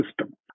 system